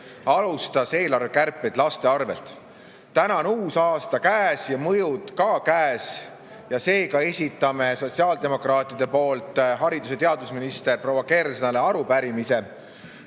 alustas eelarvekärpeid laste arvel. Täna on uus aasta käes ja mõjud ka käes ja seega esitame sotsiaaldemokraatide poolt haridus‑ ja teadusminister proua Kersnale arupärimise,